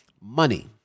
money